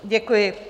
Děkuji.